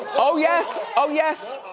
oh yes, oh yes.